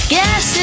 Guess